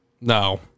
No